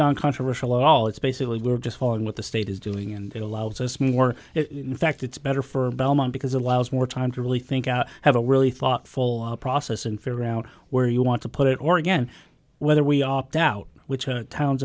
noncontroversial all it's basically we're just following what the state is doing and it allows us more in fact it's better for belmont because it allows more time to really think i have a really thoughtful process and figure out where you want to put it or again whether we opt out which towns